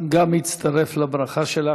אני גם מצטרף לברכה שלך.